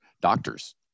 doctors